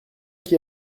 qui